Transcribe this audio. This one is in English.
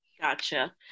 Gotcha